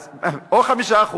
אז או 5%,